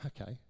okay